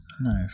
Nice